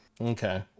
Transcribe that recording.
okay